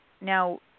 now